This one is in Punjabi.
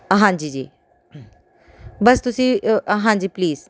ਹਾਂਜੀ ਜੀ ਬਸ ਤੁਸੀਂ ਹਾਂਜੀ ਪਲੀਸ